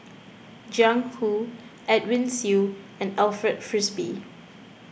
Jiang Hu Edwin Siew and Alfred Frisby